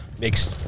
makes